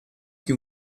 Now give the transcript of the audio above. que